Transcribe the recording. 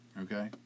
Okay